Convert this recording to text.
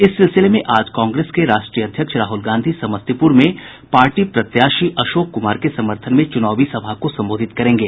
इस सिलसिले में आज कांग्रेस के राष्ट्रीय अध्यक्ष राहुल गांधी समस्तीपुर में पार्टी प्रत्याशी अशोक कुमार के समर्थन में चुनावी सभा को संबोधित करेंगे